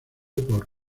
por